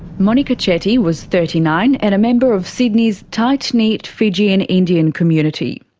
monika chetty was thirty nine and a member of sydney's tightknit fijian indian community.